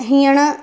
हींअर